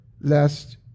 lest